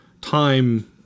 time